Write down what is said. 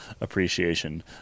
appreciation